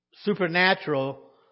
supernatural